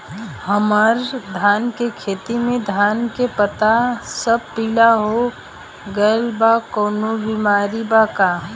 हमर धान के खेती में धान के पता सब पीला हो गेल बा कवनों बिमारी बा का?